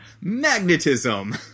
Magnetism